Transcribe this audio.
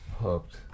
hooked